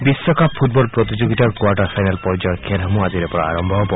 বিশ্বকাপ ফুটবল প্ৰতিযোগিতাৰ quarter final পৰ্য্যায়ৰ খেলসমূহ আজিৰ পৰা আৰম্ভ হব